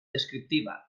descriptiva